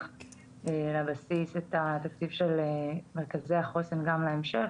בבסיס את התקציב של מרכזי החוסן גם להמשך,